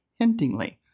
hintingly